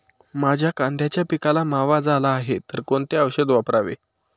माझ्या कांद्याच्या पिकाला मावा झाला आहे तर कोणते औषध वापरावे?